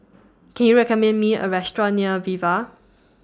Can YOU recommend Me A Restaurant near Viva